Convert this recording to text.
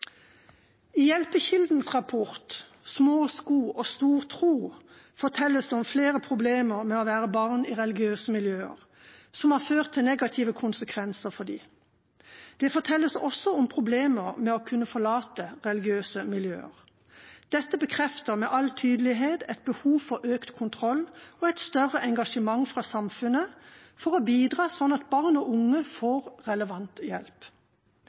I Hjelpekildens rapport, «Små sko, stor tro», fortelles det om flere problemer med å være barn i religiøse miljøer, noe som har ført til negative konsekvenser for dem. Der fortelles det også om problemer med å kunne forlate religiøse miljøer. Dette bekrefter med all tydelighet et behov for økt kontroll og et større engasjement fra samfunnet for å bidra, slik at barn og unge får relevant hjelp.